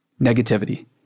Negativity